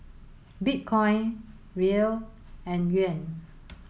Bitcoin Riel and Yuan